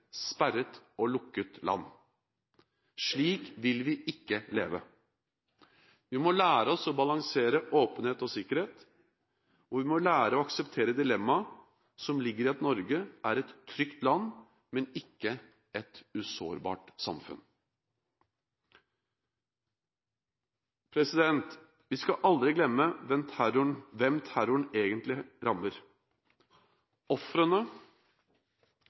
sperret og lukket land. Slik vil vi ikke leve. Vi må lære oss å balansere åpenhet og sikkerhet, og vi må lære å akseptere dilemmaet som ligger i at Norge er et trygt land, men ikke et usårbart samfunn. Vi skal aldri glemme hvem terroren egentlig rammer – ofrene,